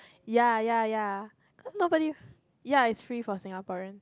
ya ya ya cause nobody ya it's free for Singaporean